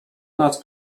nas